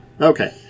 Okay